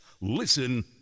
Listen